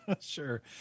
Sure